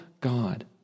God